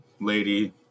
lady